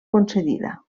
concedida